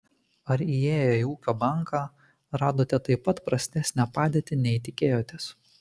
ar įėję į ūkio banką radote taip pat prastesnę padėtį nei tikėjotės